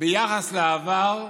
ביחס לעבר,